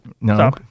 No